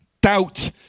Doubt